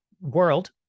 world